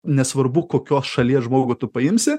nesvarbu kokios šalies žmogų tu paimsi